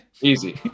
Easy